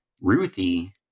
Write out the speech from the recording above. Ruthie